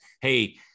hey